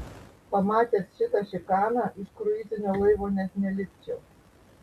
pamatęs šitą šikaną iš kruizinio laivo net nelipčiau